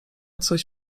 coś